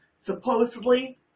supposedly